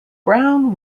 brown